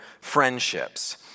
friendships